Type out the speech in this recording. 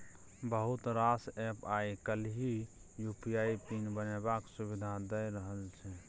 बहुत रास एप्प आइ काल्हि यु.पी.आइ पिन बनेबाक सुविधा दए रहल छै